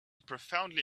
profoundly